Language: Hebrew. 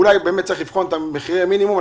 אולי באמת צריך לבחון את מחירי המינימום,